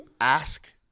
ask